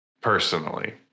Personally